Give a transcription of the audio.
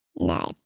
No